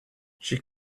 she